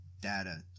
data